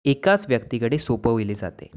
एकाच व्यक्तीकडे सोपविले जाते